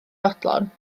fodlon